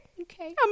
okay